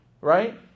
Right